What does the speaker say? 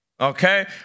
okay